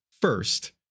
first